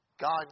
God